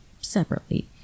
separately